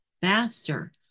faster